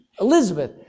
Elizabeth